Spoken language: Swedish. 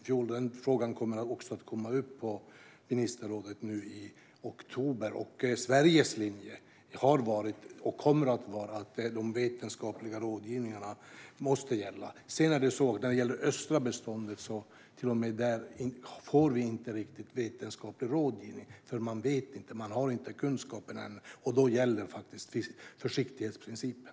Den frågan kommer också att komma upp i ministerrådet nu i oktober. Sveriges linje har varit och kommer att vara att de vetenskapliga rådgivningarna måste gälla. När det gäller östra beståndet får vi inte riktigt vetenskaplig rådgivning. Man vet inte och har inte kunskapen än. Då gäller försiktighetsprincipen.